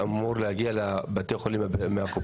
זה כולל את הכסף שאמור להגיע לבתי החולים מהקופות?